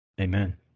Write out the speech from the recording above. Amen